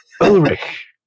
Ulrich